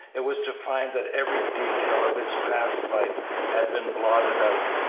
it was to find that every detail of his past life had been blotted out,